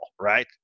right